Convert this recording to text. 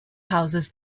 houses